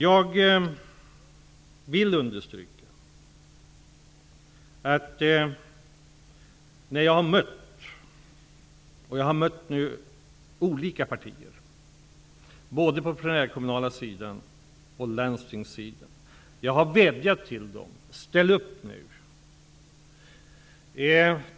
Jag har nu mött företrädare för olika partier både på den primärkommunala sidan och landstingssidan och vädjat till dem: Ställ upp nu!